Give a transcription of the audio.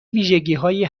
ویژگیهایی